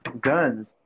guns